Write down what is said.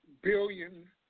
billion